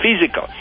Physical